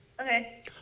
Okay